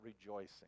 rejoicing